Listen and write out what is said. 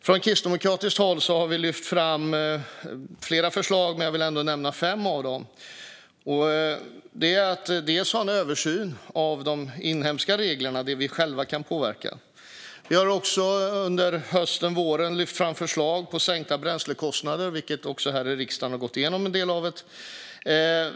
Från kristdemokratiskt håll har vi lyft fram flera förslag, och jag vill nämna fem av dessa. Vi vill ha en översyn av de inhemska reglerna, det vi själva kan påverka. Vi har även under hösten och våren lyft fram förslag på sänkta bränslekostnader, av vilka en del också har gått igenom här i riksdagen.